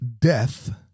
death